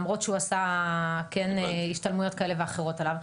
למרות שהוא כן עשה השתלמויות כאלה ואחרות עליו.